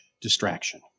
distraction